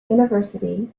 university